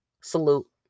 salute